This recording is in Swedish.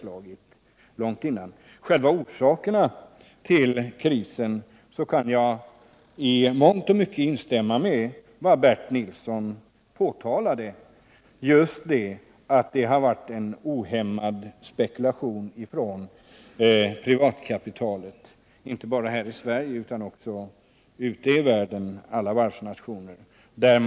När det gäller själva orsakerna till krisen kan jag i mångt och mycket instämma i vad Bernt Nilsson sade — just att det har varit en ohämmad spekulation från privatkapitalet, inte bara här i Sverige utan i alla varvsnationer ute i världen.